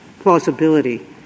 plausibility